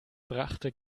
brachte